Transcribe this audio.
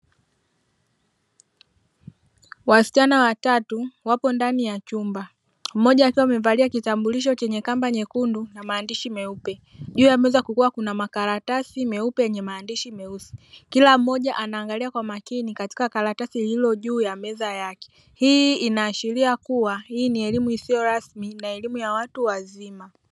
Wasichana watatu wapo ndani ya chumba mmoja akiwa amevalia kitamburisho chenye kamba nyekundu na maandishi meupe, juu ya meza kuna makaratasi meupe yenye maandishi meusi kila mmoja anaangalia kwa makini katika karatasi lililo juu ya meza yake, hii inaashiria kuwa ni elimu isiyo rasmi na elimu ya watu wazima.